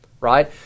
right